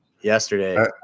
yesterday